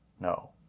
No